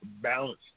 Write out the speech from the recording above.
balance